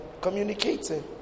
communicating